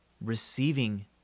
receiving